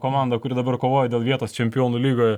komanda kuri dabar kovoja dėl vietos čempionų lygoj